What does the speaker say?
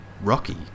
Rocky